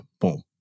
Boom